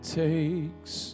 takes